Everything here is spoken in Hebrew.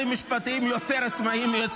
לא.